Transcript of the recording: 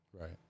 Right